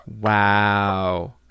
wow